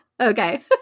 okay